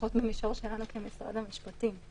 ופחות במישור שלנו כמשרד המשפטים.